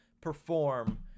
perform